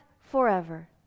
forever